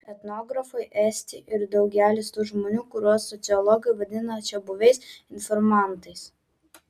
etnografai esti ir daugelis tų žmonių kuriuos sociologai vadina čiabuviais informantais